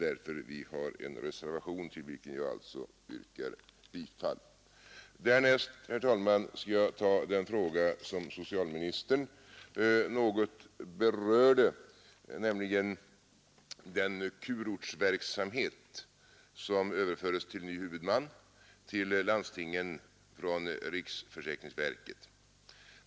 Därför har vi en reservation, till vilken jag alltså yrkar bifall. Därnäst, herr talman, skall jag ta upp den fråga som socialministern något berörde, nämligen den kurortsverksamhet som överföres till ny huvudman, till landstingen från riksförsäkringsverket.